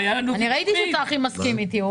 ראיתי שצחי מסכים איתי.